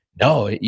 no